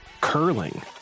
curling